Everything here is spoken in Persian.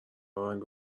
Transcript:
رنگ